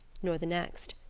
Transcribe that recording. nor the next.